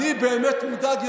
אני באמת מודאג,